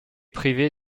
privé